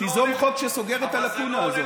תיזום חוק שסוגר את הלקונה הזאת.